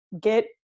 get